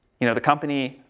you know, the company,